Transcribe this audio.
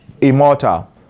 immortal